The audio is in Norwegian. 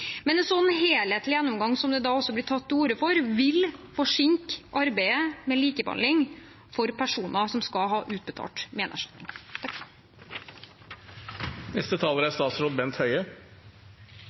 en helhetlig gjennomgang, som det også blir tatt til orde for, vil forsinke arbeidet med likebehandling for personer som skal ha utbetalt